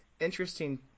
interesting